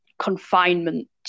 confinement